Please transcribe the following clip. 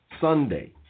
Sunday